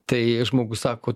tai žmogus sako